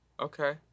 Okay